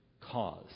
cause